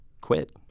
quit